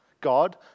God